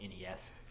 NES